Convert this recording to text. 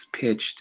pitched